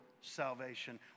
salvation